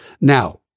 Now